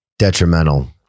detrimental